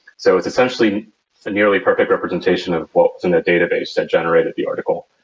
so it's essentially a nearly perfect representation of what's in a database that generated the article,